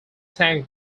tang